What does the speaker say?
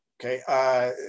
Okay